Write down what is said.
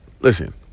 listen